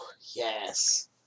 yes